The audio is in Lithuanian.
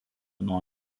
nuo